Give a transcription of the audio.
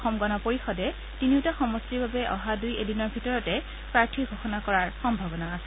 অসম গণ পৰিষদে তিনিওটা সমষ্টিৰ বাবে অহা দুই এদিনৰ ভিতৰতে প্ৰাৰ্থী ঘোষণা কৰাৰ সম্ভাৱনা আছে